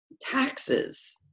taxes